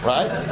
Right